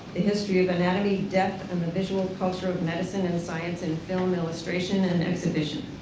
the history of anatomy, death, and the visual culture of medicine and science in film, illustration, and exhibition.